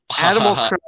Animal